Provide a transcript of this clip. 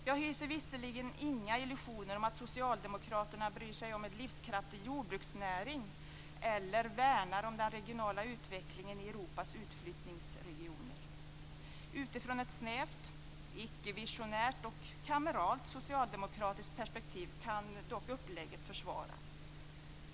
Jag hyser visserligen inga illusioner om att socialdemokraterna bryr sig om en livskraftig jordbruksnäring eller värnar om den regionala utvecklingen i Europas utflyttningsregioner. Utifrån ett snävt, ickevisionärt och kameralt socialdemokratiskt perspektiv kan dock upplägget försvaras.